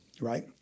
Right